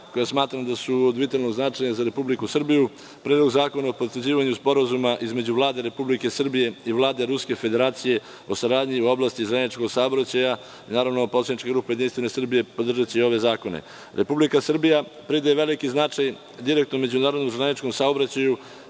koja smatram da su od vitalnog značaja za Republiku Srbiju – Predlog zakona o potvrđivanju Sporazuma između Vlade Republike Srbije i Vlade Ruske Federacije o saradnji u oblasti zajedničkog saobraćaja, naravno, poslanička grupa JS podržaće i ove zakone. Republika Srbija pridaje veliki značaj direktno međunarodnom železničkom saobraćaju